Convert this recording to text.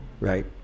Right